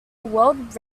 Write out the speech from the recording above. world